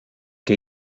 que